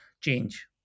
change